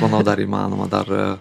manau dar įmanoma dar